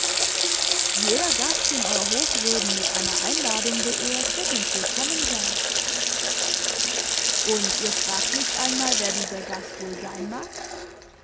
jeder gast den euer hochwürden mit einer einladung beehrt wird uns willkommen sein und ihr fragt nicht einmal wer dieser gast wohl sein mag